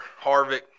Harvick